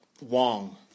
Wong